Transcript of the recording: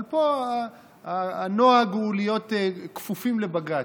אבל פה הנוהג הוא להיות כפופים לבג"ץ.